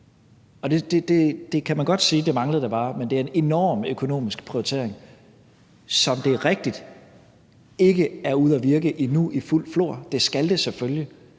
det manglede da bare, men det er en enorm økonomisk prioritering, som det er rigtigt endnu ikke er ude at virke i fuldt flor, det skal det selvfølgelig,